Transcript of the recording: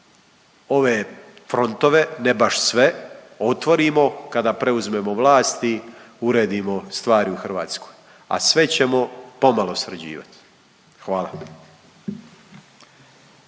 ove frontove, ne baš sve, otvorimo kada preuzmemo vlast i uredimo stvari u Hrvatskoj, a sve ćemo pomalo sređivati. Hvala.